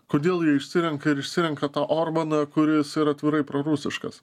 kodėl jie išsirenka ir išsirenka tą orbaną kuris yra atvirai prorusiškas